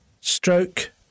stroke